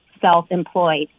self-employed